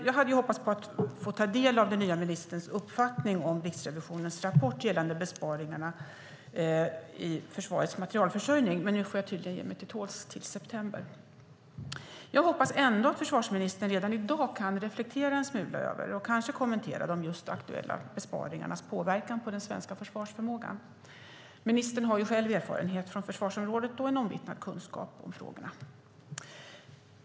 Jag hade hoppats på att få ta del den nya ministerns uppfattning om Riksrevisionens rapport gällande besparingar i försvarets materielförsörjning, men nu får jag tydligen ge mig till tåls till september. Jag hoppas ändå att försvarsministern redan i dag kan reflektera en smula över och kanske kommentera just de aktuella besparingarnas påverkan på den svenska försvarsförmågan. Ministern har ju själv erfarenhet från försvarsområdet och en omvittnad kunskap om frågorna.